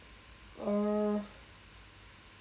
err